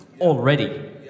already